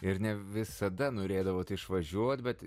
ir ne visada norėdavot išvažiuot bet